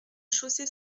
chaussée